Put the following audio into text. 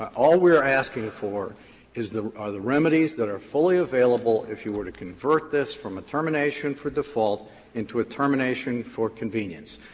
all we are asking for is are the remedies that are fully available if you were to convert this from a termination for default into a termination for convenience,